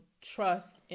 trust